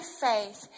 faith